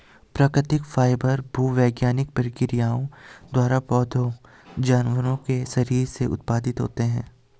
प्राकृतिक फाइबर भूवैज्ञानिक प्रक्रियाओं द्वारा पौधों जानवरों के शरीर से उत्पादित होते हैं